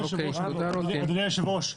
אדוני היושב-ראש,